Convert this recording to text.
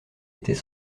était